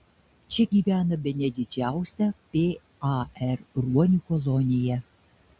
čia gyvena bene didžiausia par ruonių kolonija